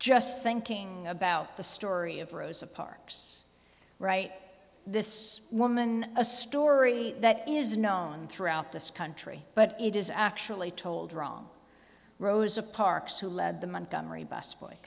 just thinking about the story of rosa parks write this woman a story that is known throughout this country but it is actually told wrong rosa parks who led the montgomery bus boy